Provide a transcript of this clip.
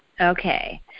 Okay